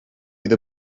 fydd